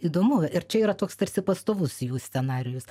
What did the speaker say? įdomu ir čia yra toks tarsi pastovus jų scenarijus